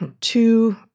two